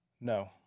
No